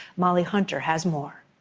molly hunter has more.